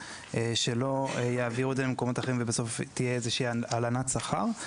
שלא יעבירו את השכר למקומות אחרים ובסוף תהיה איזושהי הלנת שכר.